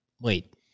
wait